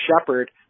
Shepard